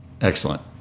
Excellent